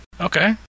okay